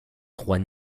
trois